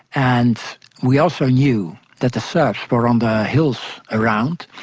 and we also knew that the serbs were on the hills around.